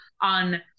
on